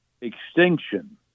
extinction